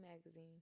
magazine